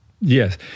Yes